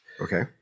Okay